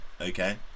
okay